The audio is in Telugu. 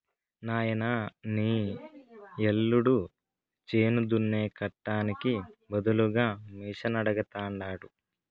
నాయనా నీ యల్లుడు చేను దున్నే కట్టానికి బదులుగా మిషనడగతండాడు